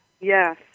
Yes